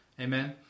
Amen